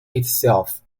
itself